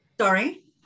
Sorry